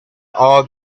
all